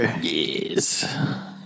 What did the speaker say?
Yes